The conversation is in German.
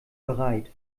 bereit